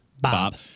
Bob